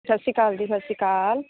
ਸਤਿ ਸ਼੍ਰੀ ਅਕਾਲ ਜੀ ਸਤਿ ਸ਼੍ਰੀ ਅਕਾਲ